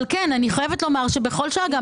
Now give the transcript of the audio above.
אבל כן, אני חייבת לומר שבכל שעה,